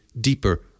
deeper